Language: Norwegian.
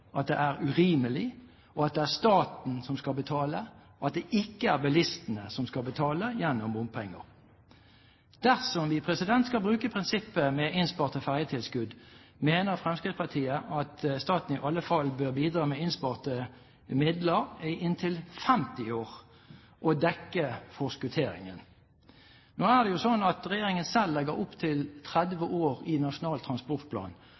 at det er urimelig, at det er staten som skal betale, og at det ikke er bilistene som skal betale gjennom bompenger. Dersom vi skal bruke prinsippet med innsparte fergetilskudd, mener Fremskrittspartiet at staten i alle fall bør bidra med innsparte midler i inntil 50 år og dekke forskutteringen. Nå er det slik at regjeringen selv legger opp til 30 år i Nasjonal transportplan.